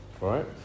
right